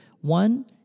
One